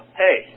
hey